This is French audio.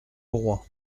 auroi